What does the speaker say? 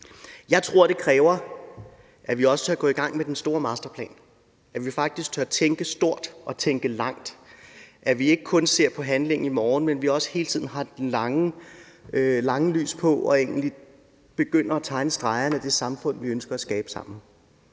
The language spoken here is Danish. Jeg tror, det kræver, at vi også tør gå i gang med den store masterplan, og at vi faktisk tør tænke stort og tænke langt, og at vi ikke kun ser på handlingen i morgen, men også hele tiden har det lange lys på og egentlig begynder at tegne stregerne til det samfund, vi ønsker at skabe sammen.